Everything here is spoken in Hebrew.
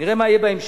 נראה מה יהיה בהמשך.